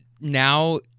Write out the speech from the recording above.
now